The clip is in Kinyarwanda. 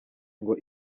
ngo